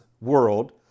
world